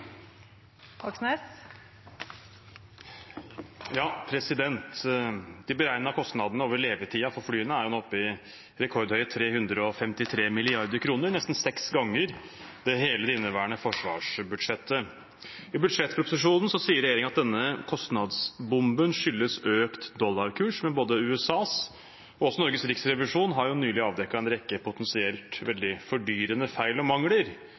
De beregnede kostnadene over levetiden for flyene er nå oppe i rekordhøye 353 mrd. kr, nesten seks ganger hele det inneværende forsvarsbudsjettet. I budsjettproposisjonen sier regjeringen at denne kostnadsbomben skyldes økt dollarkurs, men både USAs og Norges riksrevisjon har jo nylig avdekket en rekke potensielt veldig fordyrende feil og mangler